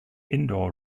indoor